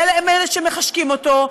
והם שמחשקים אותו,